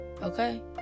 Okay